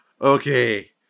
Okay